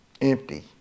Empty